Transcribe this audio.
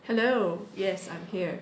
hello yes I'm here